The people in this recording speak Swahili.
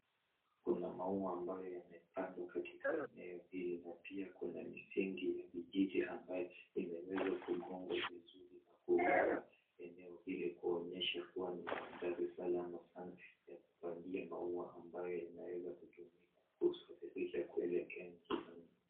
Kuna maua ambayo yamepandwa katika eneo hili na pia kuna misingi ya vijiti ambayo imeweza kugongwa vizuri na kuweka eneo hili kuonyesha kuwa ni mandhari salama sana ya kupandia maua ambayo yanaweza kutumika kusafirisha kuelekea nchi za nje.